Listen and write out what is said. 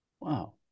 Wow